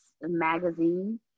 Magazine